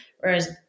whereas